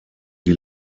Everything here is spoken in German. die